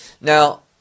Now